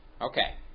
Okay